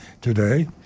today